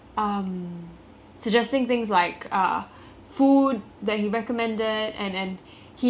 food that he recommended and and he he was always very well warm and welcoming when we came in